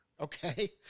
Okay